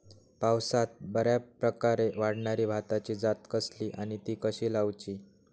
पावसात बऱ्याप्रकारे वाढणारी भाताची जात कसली आणि ती कशी लाऊची?